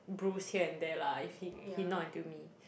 bruise here and there lah if he he knock until me